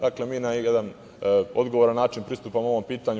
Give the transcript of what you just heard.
Dakle, mi na jedan odgovoran način pristupamo ovom pitanju.